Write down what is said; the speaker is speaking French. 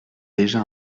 déjà